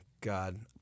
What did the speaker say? God